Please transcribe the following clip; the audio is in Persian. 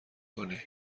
کنی